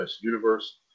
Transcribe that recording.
Universe